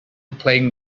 playing